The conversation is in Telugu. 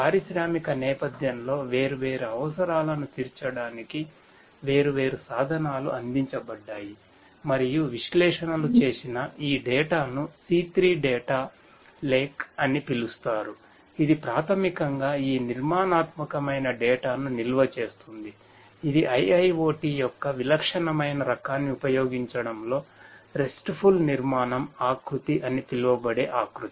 పారిశ్రామిక నేపధ్యంలో వేర్వేరు అవసరాలను తీర్చడానికి వేర్వేరు సాధనాలు అందించబడ్డాయి మరియు విశ్లేషణలు చేసిన ఈ డేటా ను నిల్వ చేస్తుంది ఇది IIoT యొక్క విలక్షణమైన రకాన్ని ఉపయోగించడంలో RESTful నిర్మాణం ఆకృతి అని పిలువబడే ఆకృతి